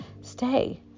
stay